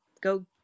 go